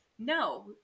No